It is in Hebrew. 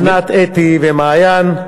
ענת, אתי ומעיין,